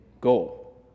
goal